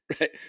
right